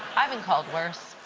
i've been called worse.